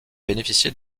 bénéficié